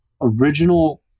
original